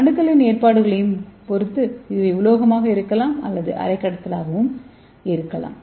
அணுக்களின் ஏற்பாடுகளைப் பொறுத்து அது உலோகமாக இருக்கலாம் அல்லது அரைக்கடத்தாக இருக்கலாம்